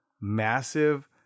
massive